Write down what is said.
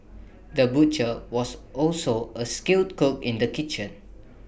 the butcher was also A skilled cook in the kitchen